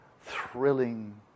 thrilling